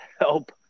help